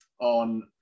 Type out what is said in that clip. on